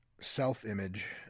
self-image